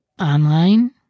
online